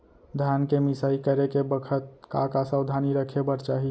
धान के मिसाई करे के बखत का का सावधानी रखें बर चाही?